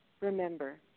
remember